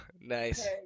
Nice